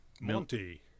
Monty